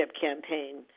campaign